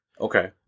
Okay